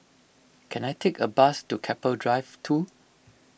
can I take a bus to Keppel Drive two